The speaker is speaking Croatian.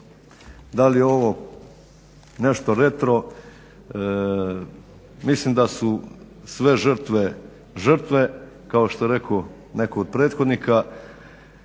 da li je ovo nešto retro, mislim da su sve žrtve žrtve kao što je rekao netko od prethodnika.